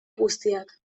guztiak